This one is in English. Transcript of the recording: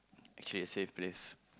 actually a safe place